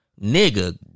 nigga